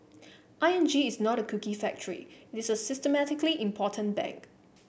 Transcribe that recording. I N G is not a cookie factory it is a systemically important bank